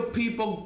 people